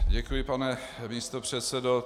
Děkuji, pane místopředsedo.